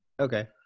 okay